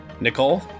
Nicole